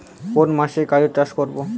কোন মাসে গাজর চাষ করব?